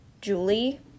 Julie